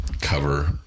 cover